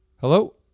Hello